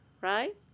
right